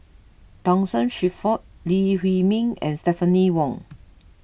Thomas Shelford Lee Huei Min and Stephanie Wong